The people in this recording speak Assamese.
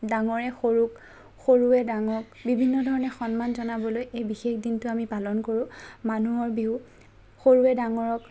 ডাঙৰে সৰুক সৰুৱে ডাঙৰক বিভিন্ন ধৰণে সন্মান জনাবলৈ এই বিশেষ দিনটো আমি পালন কৰোঁ মানুহৰ বিহু সৰুৱে ডাঙৰক